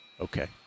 Okay